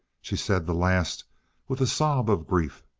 she said the last with a sob of grief.